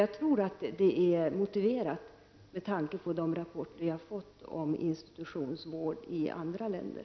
Jag tror att detta är motiverat med tanke på de rapporter som har avgetts om institutionsvård i andra länder.